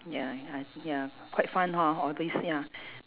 ya ya ya quite fun hor all this ya